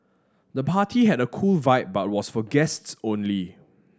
the party had a cool vibe but was for guests only